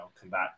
combat